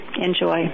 enjoy